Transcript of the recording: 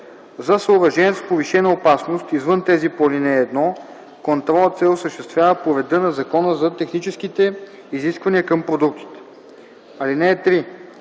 За съоръженията с повишена опасност извън тези по ал. 1 контролът се осъществява по реда на Закона за техническите изисквания към продуктите. (3) В срок